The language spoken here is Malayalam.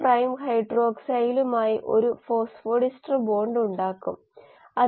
അതായത് ഇത് ഒരു എയറോബിക് വളർച്ചയാണെങ്കിൽ അനോറോബിക് വളർച്ചയിൽ കോശത്തിൻറെ വിളവിന്റെ കാര്യത്തിലും മറ്റും ഫലങ്ങൾ വളരെ കുറവാണ്